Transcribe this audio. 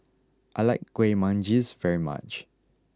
I like Kueh Manggis very much